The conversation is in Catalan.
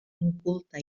inculte